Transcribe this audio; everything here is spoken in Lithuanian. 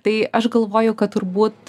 tai aš galvoju kad turbūt